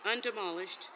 undemolished